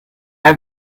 have